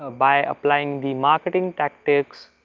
ah by applying the marketing tactics.